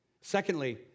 Secondly